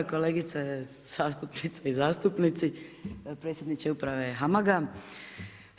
Kolegice zastupnice i zastupnice, predsjedniče uprave HAMAG-a.